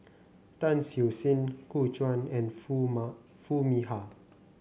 Tan Siew Sin Gu Juan and Foo Foo Mee Har